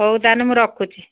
ହଉ ତାହେଲେ ମୁଁ ରଖୁଛି